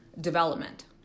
development